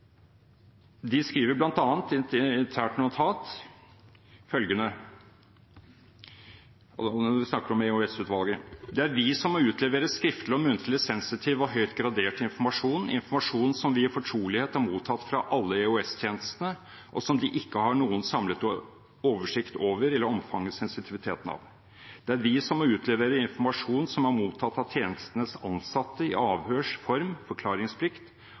De skriver bl.a. følgende i et internt notat – jeg snakker om EOS-utvalget: Det er vi som må utlevere skriftlig og muntlig sensitiv og høyt gradert informasjon, informasjon som vi i fortrolighet har mottatt fra alle EOS-tjenestene, og som de ikke har noen samlet oversikt over eller omfanget av sensitiviteten av. Det er vi som må utlevere informasjon som er mottatt fra tjenestenes ansatte i avhørs form – forklaringsplikt